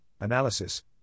analysis